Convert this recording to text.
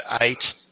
eight